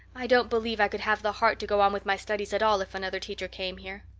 i don't believe i could have the heart to go on with my studies at all if another teacher came here.